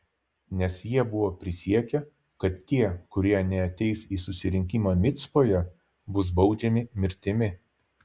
nes jie buvo prisiekę kad tie kurie neateis į susirinkimą micpoje bus baudžiami mirtimi